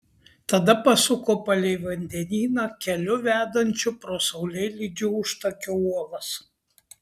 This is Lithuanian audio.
tada pasuko palei vandenyną keliu vedančiu pro saulėlydžio užtakio uolas